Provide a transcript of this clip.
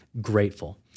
grateful